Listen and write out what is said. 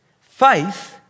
Faith